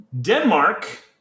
Denmark